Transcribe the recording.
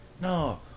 no